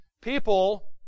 People